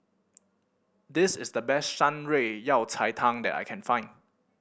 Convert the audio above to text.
this is the best Shan Rui Yao Cai Tang that I can find